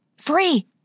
Free